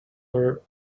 are